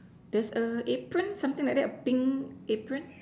there's a apron something like that pink apron